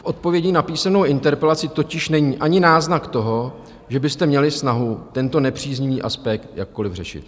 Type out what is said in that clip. V odpovědi na písemnou interpelaci totiž není ani náznak toho, že byste měli snahu tento nepříznivý aspekt jakkoli řešit.